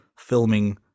filming